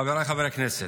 חבריי חברי הכנסת,